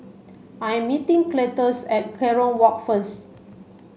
I'm meeting Cletus at Kerong Walk first